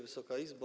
Wysoka Izbo!